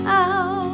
out